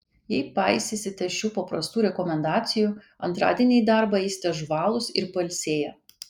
jei paisysite šių paprastų rekomendacijų antradienį į darbą eisite žvalūs ir pailsėję